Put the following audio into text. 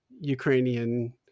Ukrainian